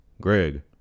Greg